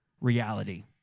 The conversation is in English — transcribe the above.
reality